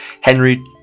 Henry